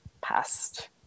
past